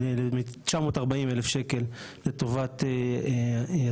940 אלף שקל, לטובת הטיפול